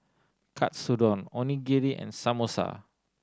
Katsudon Onigiri and Samosa